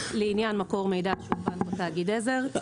לעניין מקור מידע שהוא בנק או תאגיד עזר,